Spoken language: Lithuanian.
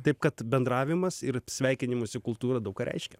taip kad bendravimas ir sveikinimosi kultūra daug ką reiškia